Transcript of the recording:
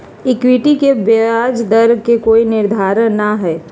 equity के ब्याज दर के कोई निर्धारण ना हई